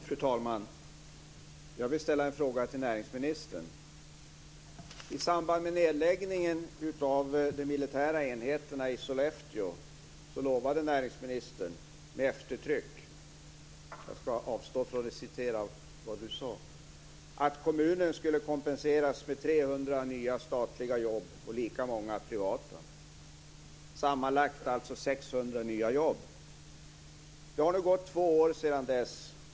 Fru talman! Jag vill ställa en fråga till näringsministern. I samband med nedläggningen av de militära enheterna i Sollefteå lovade näringsministern med eftertryck - jag ska avstå från att citera vad han sade - att kommunen skulle kompenseras med 300 nya statliga jobb och lika många privata. Det skulle alltså sammanlagt bli 600 nya jobb. Det har nu gått två år sedan dess.